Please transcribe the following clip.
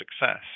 success